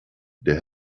der